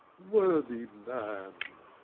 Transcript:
worthy man!